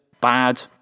bad